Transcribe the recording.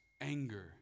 anger